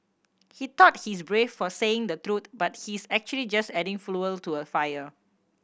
he thought he's brave for saying the truth but he's actually just adding fuel to the fire